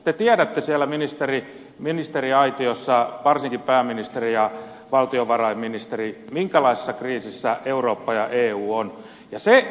te tiedätte siellä ministeriaitiossa varsinkin pääministeri ja valtiovarainministeri minkälaisessa kriisissä eurooppa ja eu ovat